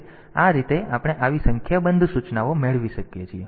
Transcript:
તેથી આ રીતે આપણે આવી સંખ્યાબંધ સૂચનાઓ મેળવી શકીએ છીએ